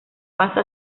pasa